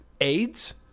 aids